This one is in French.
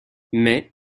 mais